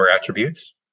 attributes